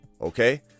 okay